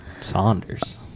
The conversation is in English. saunders